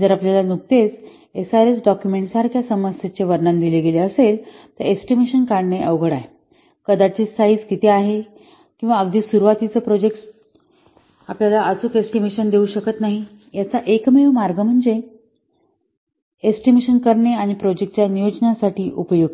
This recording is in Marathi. जर आपल्याला नुकतेच एसआरएस डाक्युमेंट सारख्या समस्येचे वर्णन दिले गेले असेल तर एस्टिमेशन करणे फारच अवघड आहे कदाचित साईझ किती आहे किंवा अगदी सुरवातीची प्रोजेक्ट सुरूवातीस आपल्याला अचूक एस्टिमेशन येऊ शकत नाही याचा एकमेव मार्ग म्हणजे अंदाज करून एस्टिमेशन करणे आणि हे प्रोजेक्टाच्या नियोजनासाठी उपयुक्त नाही